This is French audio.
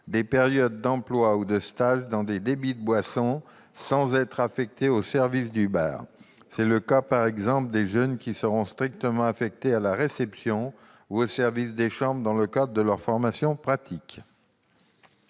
des périodes d'emploi ou de stage dans des débits de boissons sans être affectés au service du bar. C'est le cas, par exemple, des jeunes qui seront strictement affectés à la réception ou au service des chambres dans le cadre de leur formation pratique.